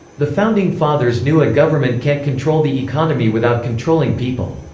the founding fathers knew a government can't control the economy without controlling people.